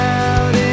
out